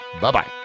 Bye-bye